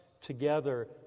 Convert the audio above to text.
together